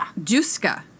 juska